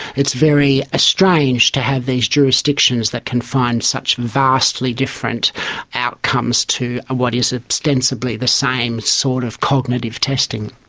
it's very ah strange to have these jurisdictions that can find such vastly different outcomes to what is ah ostensibly the same sort of cognitive testing.